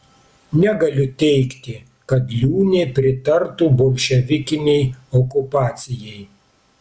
negaliu teigti kad liūnė pritartų bolševikinei okupacijai